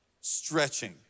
Stretching